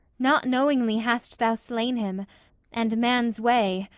not knowingly hast thou slain him and man's way,